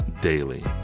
daily